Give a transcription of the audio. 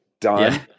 done